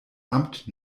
amt